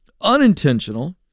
unintentional